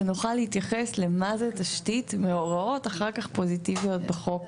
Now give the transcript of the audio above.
שנוכל להתייחס למה זה תשתית מהוראות אחר כך פוזיטיביות בחוק.